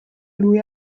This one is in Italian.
lui